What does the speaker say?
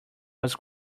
was